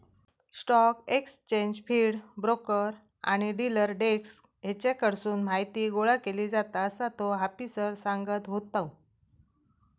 stock exchange feed, broker आणि dealer desk हेच्याकडसून माहीती गोळा केली जाता, असा तो आफिसर सांगत होतो